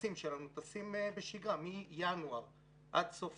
הטייסים שלנו טסים בשגרה מינואר עד סוף